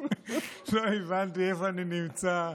לא הבנתי איפה אני נמצא.